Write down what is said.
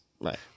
Right